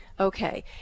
Okay